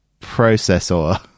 Processor